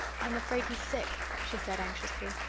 i'm afraid he's sick, she said anxiously.